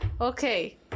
Okay